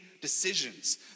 decisions